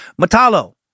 Matalo